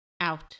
out